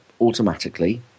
automatically